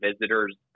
visitors